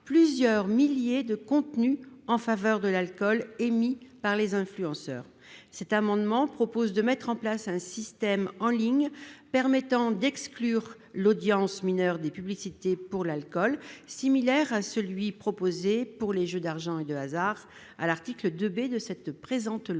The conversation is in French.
plusieurs milliers de contenus en faveur de l'alcool, émis par des influenceurs. Cet amendement vise à mettre en place un système en ligne permettant d'exclure l'audience mineure des publicités pour l'alcool sur le modèle de ce qui est prévu pour les jeux d'argent et de hasard à l'article 2 B de la présente